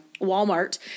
Walmart